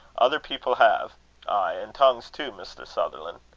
other people have ay, an' tongues too, mr. sutherland.